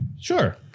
Sure